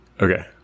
okay